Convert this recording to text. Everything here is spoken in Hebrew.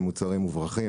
הם מוצרים מוברחים,